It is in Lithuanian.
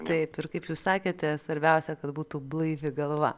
taip ir kaip jūs sakėte svarbiausia kad būtų blaivi galva